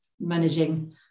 managing